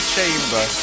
Chamber